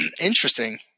interesting